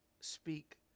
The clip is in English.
speak